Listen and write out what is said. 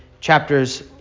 chapters